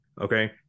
okay